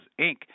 Inc